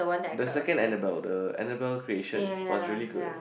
the second Annabelle the Annabelle creation was really good